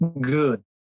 good